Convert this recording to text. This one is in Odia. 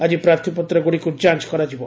ଆଜି ପ୍ରାର୍ଥୀପତ୍ର ଗୁଡ଼ିକୁ ଯାଞ୍ କରାଯିବ